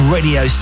Radio